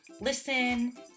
listen